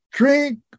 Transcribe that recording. drink